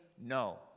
no